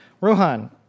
Rohan